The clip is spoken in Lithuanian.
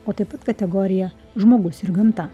o taip pat kategorija žmogus ir gamta